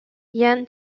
jan